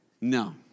No